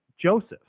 Joseph